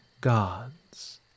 gods